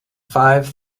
five